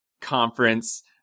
conference